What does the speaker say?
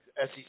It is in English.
SEC